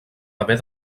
haver